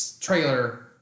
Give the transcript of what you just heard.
trailer